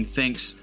Thanks